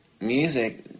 music